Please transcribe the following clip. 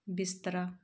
ਬਿਸਤਰਾ